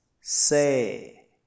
say